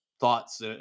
thoughts